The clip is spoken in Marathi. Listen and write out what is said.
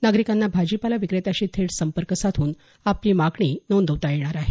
नागरिकांना भाजीपाला विक्रेत्याशी थेट संपर्क साधून आपली मागणी नोंदवता येणार आहे